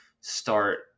start